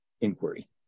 inquiry